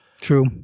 True